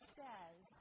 says